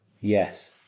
Yes